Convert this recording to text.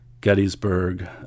Gettysburg